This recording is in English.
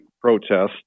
protests